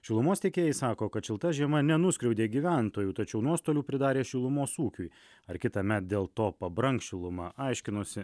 šilumos tiekėjai sako kad šilta žiema nenuskriaudė gyventojų tačiau nuostolių pridarė šilumos ūkiui ar kitamet dėl to pabrangs šiluma aiškinosi